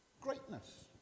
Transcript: greatness